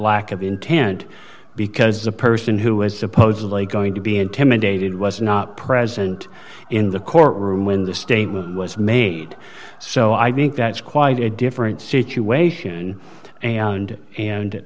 lack of intent because the person who was supposedly going to be intimidated was not present in the courtroom when the statement was made so i think that's quite a different situation and and